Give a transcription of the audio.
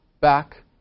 back